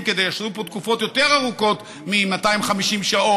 כדי שיהיו פה תקופות יותר ארוכות מ-250 שעות,